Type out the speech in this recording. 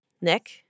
Nick